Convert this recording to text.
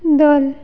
ᱫᱚᱱ